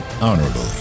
honorably